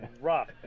rough